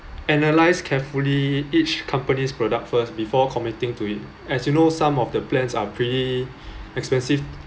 analyse carefully each company's product first before committing to it as you know some of the plans are pretty expensive